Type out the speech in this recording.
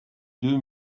deux